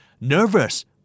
Nervous